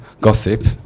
gossip